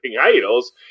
idols